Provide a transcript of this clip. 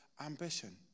ambition